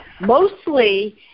Mostly